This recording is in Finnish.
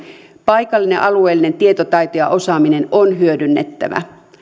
paikallinen alueellinen tietotaito ja osaaminen on hyödynnettävä